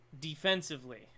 defensively